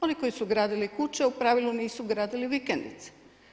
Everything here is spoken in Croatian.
Oni koji su gradili kuće u pravilu nisu gradili vikendice.